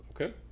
Okay